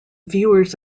viewers